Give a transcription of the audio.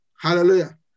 Hallelujah